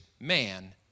man